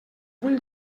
vull